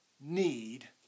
need